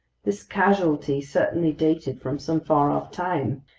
this casualty certainly dated from some far-off time.